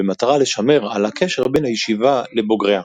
במטרה לשמר על הקשר בין הישיבה לבוגריה.